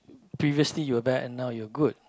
previously you're bad and now you're good